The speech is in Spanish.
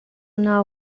una